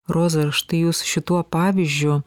roza ir štai jūs šituo pavyzdžiu